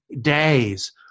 days